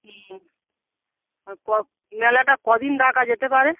হুম ক মেলাটা কদিন রাখা যেতে পারে